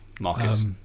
Marcus